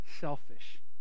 selfish